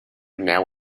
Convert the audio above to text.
now